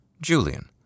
Julian